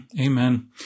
Amen